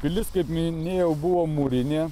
pilis kaip minėjau buvo mūrinė